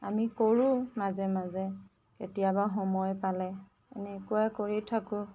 আমি কৰোঁ মাজে মাজে কেতিয়াবা সময় পালে এনেকুৱা কৰি থাকো